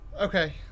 Okay